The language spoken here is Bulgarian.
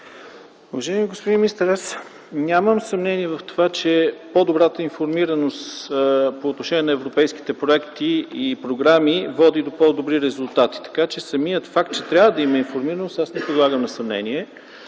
Уважаеми господин министър, аз нямам съмнения в това, че по-добрата информираност по отношение на европейските проекти и програми води до по-добри резултати. Така, че самият факт, че трябва да има информираност, аз не подлагам на съмнение.